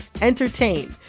entertain